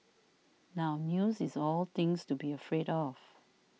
now news is all things to be afraid of